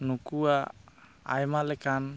ᱱᱩᱠᱩᱣᱟᱜ ᱟᱭᱢᱟ ᱞᱮᱠᱟᱱ